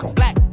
black